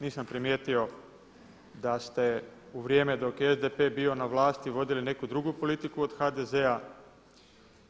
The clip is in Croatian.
Nisam primijetio da ste u vrijeme dok je SDP bio na vlasti vodili neku drugu politiku od HDZ-a.